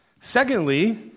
Secondly